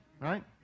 right